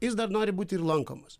jis dar nori būti ir lankomas